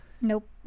nope